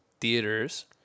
theaters